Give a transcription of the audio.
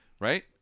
Right